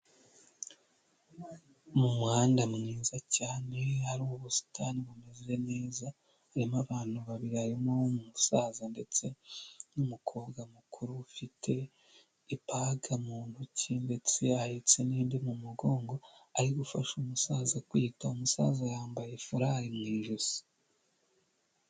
Mu muhanda mwiza cyane hari ubusitani bumeze neza harimo abantu babiri harimo umusaza ndetse n'umukobwa mukuru ufite ibaga mu ntoki ndetse ahetse n'indi mu mugongo ari gufasha umusaza kwihuta, umusaza yambaye furari mu ijosi.